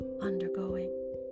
undergoing